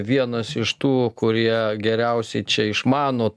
vienas iš tų kurie geriausiai čia išmano